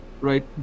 right